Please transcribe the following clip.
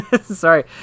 sorry